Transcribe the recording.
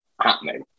happening